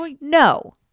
No